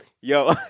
yo